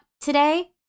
today